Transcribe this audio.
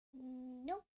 Nope